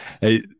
Hey